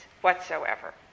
whatsoever